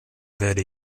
werde